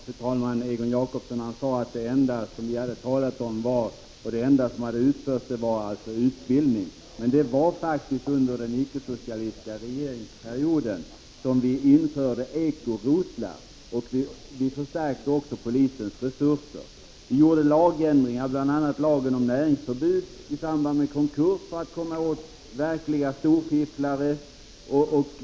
Fru talman! Egon Jacobsson sade att utbildning var det enda vi i folkpartiet hade talat om och åstadkommit. Men det var faktiskt under den ickesocialistiska regeringsperioden som eko-rotlar infördes. Även polisens resurser förstärktes. Vi gjorde också lagändringar, bl.a. ändrades lagen om näringsförbud i samband med konkurs för att komma åt verkliga storfifflare.